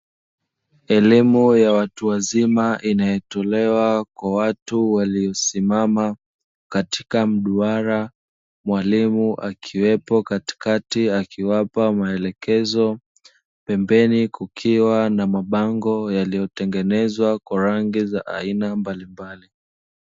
Elimu ya watu wazima, inayotolewa kwa watu waliosimama katika mduara, mwalimu akiwepo katikati akiwapa maelekezo, pembeni kukiwa na mabango yaliyotengenezwa kwa rangi za aina mbalimbali.